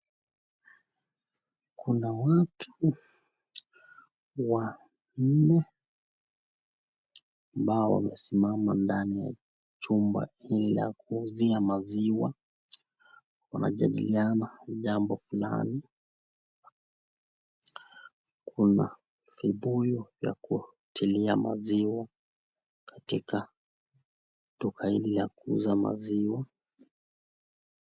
Kuna watu wanne ambao wamesimama ndani ya chumba hili la kuuzia maziwa, wanajadiliana jambo fulani. Kuna vibuyu vya kutilia maziwa katika duka hili la kuuza maziwa.